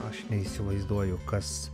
aš neįsivaizduoju kas